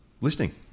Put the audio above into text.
listening